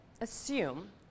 assume